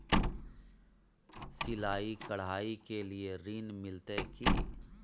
सिलाई, कढ़ाई के लिए ऋण मिलते की?